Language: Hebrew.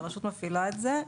והרשות מפעילה את זה.